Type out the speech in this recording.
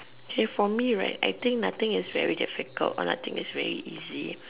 okay for me right I think nothing is very difficult or nothing is really easy